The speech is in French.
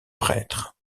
prêtre